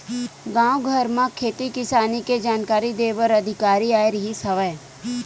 गाँव घर म खेती किसानी के जानकारी दे बर अधिकारी आए रिहिस हवय